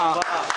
(תשלום פיצויים) (נזק מלחמה ונזק עקיף)